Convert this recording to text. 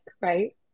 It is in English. right